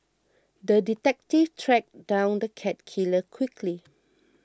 the detective tracked down the cat killer quickly